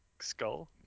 skull